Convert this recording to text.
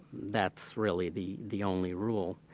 that's really the the only rule.